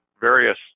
various